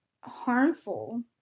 harmful